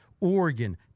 Oregon